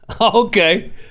okay